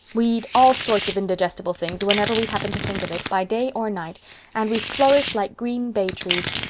we eat all sorts of indigestible things whenever we happen to think of it, by day or night and we flourish like green bay trees.